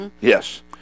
Yes